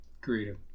Creative